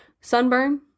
sunburn